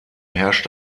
herrscht